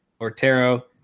Ortero